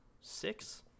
six